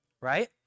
right